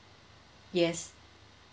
yes